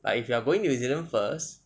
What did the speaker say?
but if you are going new zealand first